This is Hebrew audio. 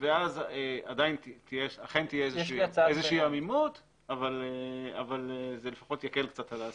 ואז אכן תהיה איזושהי עמימות אבל זה לפחות יקל קצת על העסקים.